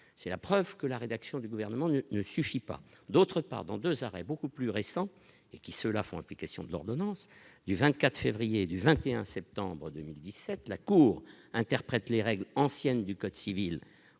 c'est la preuve que la rédaction du gouvernement ne suffit pas d'autre part, dans 2 arrêts beaucoup plus récent et qui se font, application de l'ordonnance du 24 février du 21 septembre 2017 la cour interprète les règles anciennes du code civil,